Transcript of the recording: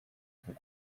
from